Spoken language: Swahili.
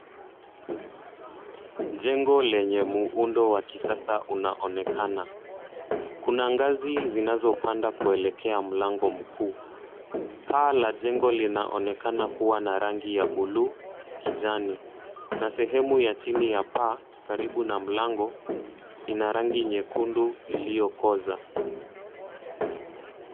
Jengo lenye muundo wa kisasa unaonekana, kuna ngazi zinazopanda kuelekea mlango mkuu. Paa la jengo linaonekana kuwa na rangi ya buluu, kijani na sehemu ya chini ya paa, karibu na mlango ina rangi nyekundu iliyokoza.